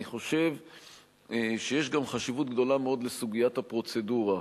אני חושב שיש גם חשיבות גדולה מאוד לסוגיית הפרוצדורה,